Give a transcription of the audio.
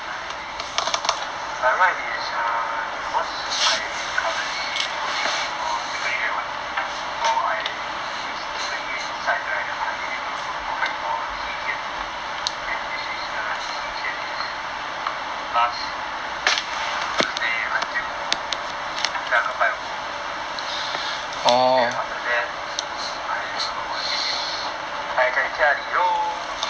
I by right is err cause I currently O_J_P for 这个月 mah so I this 这个月 inside right I only need to go back for 七天 and which is the 七天 is from last err thursday until 下个拜五 then after that I will continue 呆在家里 lor